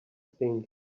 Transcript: think